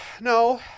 no